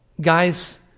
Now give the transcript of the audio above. Guys